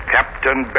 Captain